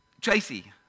Tracy